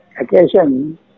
Occasion